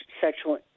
sexual